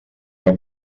que